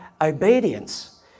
obedience